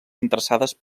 interessades